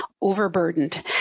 overburdened